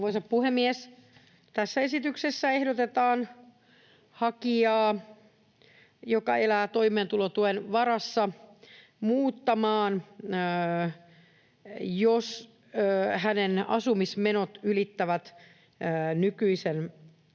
Tässä esityksessä ehdotetaan hakijaa, joka elää toimeentulotuen varassa, muuttamaan, jos hänen asumismenonsa ylittävät nykyisen tarpeellisen